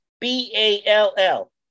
b-a-l-l